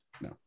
no